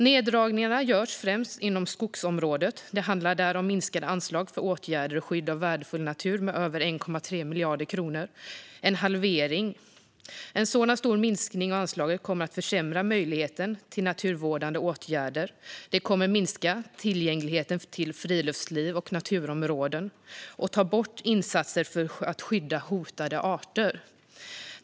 Neddragningarna görs främst inom skogsområdet. Det handlar där om minskade anslag för åtgärder och skydd av värdefull natur med över 1,3 miljarder kronor - en halvering. En sådan stor minskning av anslaget kommer att försämra möjligheterna till naturvårdande åtgärder, minska tillgängligheten till friluftsliv och naturområden och ta bort insatser för att skydda hotade arter.